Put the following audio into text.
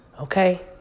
Okay